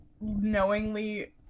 knowingly